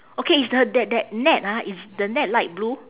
okay is the that that net ah is the net light blue